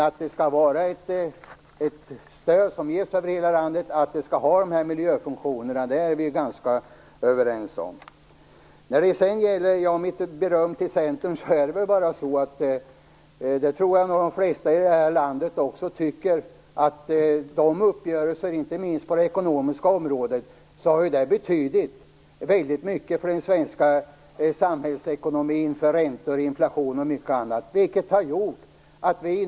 Att det skall vara ett stöd som ges över hela landet och att det skall ha miljöfunktioner är vi ganska överens om. När det sedan gäller mitt beröm till Centern kan jag säga att uppgörelserna, inte minst på det ekonomiska området, har betytt väldigt mycket för den svenska samhällsekonomin - för räntor, inflation och mycket annat. Det tror jag att de flesta i detta land tycker.